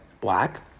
black